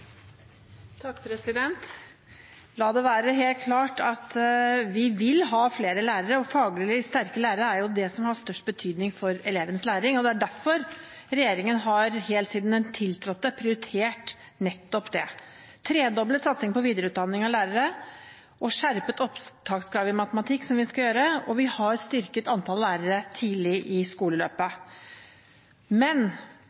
La det være helt klart at vi vil ha flere lærere. Faglig sterke lærere er jo det som har størst betydning for elevenes læring. Det er derfor regjeringen har, helt siden den tiltrådte, prioritert nettopp det: tredoblet satsing på videreutdanning av lærere og skjerpet opptakskrav i matematikk som vi har innført, og vi har styrket antall lærere tidlig i